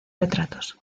retratos